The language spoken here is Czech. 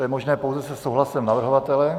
To je možné pouze se souhlasem navrhovatele.